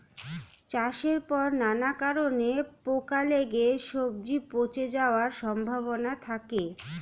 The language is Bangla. চাষের পর নানা কারণে পোকা লেগে সবজি পচে যাওয়ার সম্ভাবনা থাকে